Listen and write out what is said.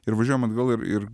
ir važiuojam atgal ir ir